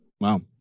Wow